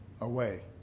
away